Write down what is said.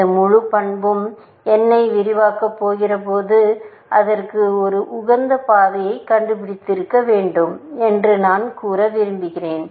இந்த முழு பண்பும் n ஐ விரிவாக்கப் போகிறபோது அதற்கு ஒரு உகந்த பாதையைக் கண்டுபிடித்திருக்க வேண்டும் என்று நான் கூற விரும்புகிறேன்